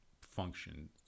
function